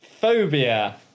phobia